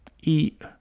eat